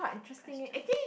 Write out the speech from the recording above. question